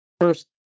first